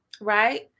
right